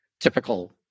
typical